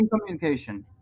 communication